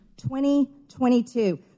2022